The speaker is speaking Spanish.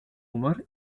humor